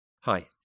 Hi